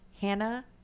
Hannah